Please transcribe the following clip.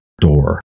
door